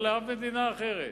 לא לאף מדינה אחרת.